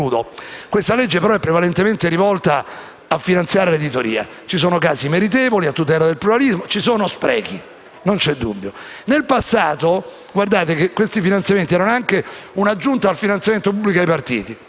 Questo provvedimento è prevalentemente rivolto a finanziare l'editoria. Ci sono casi meritevoli, a tutela del pluralismo, e ci sono sprechi, non c'è dubbio. Nel passato questi finanziamenti erano un'aggiunta al finanziamento pubblico ai partiti.